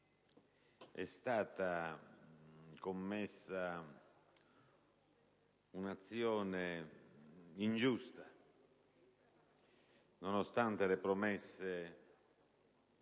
è stata commessa un'azione ingiusta, nonostante le promesse